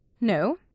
No